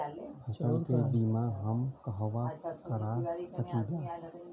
फसल के बिमा हम कहवा करा सकीला?